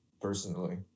personally